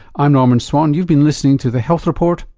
i'm norman swan you've been listening to the health report,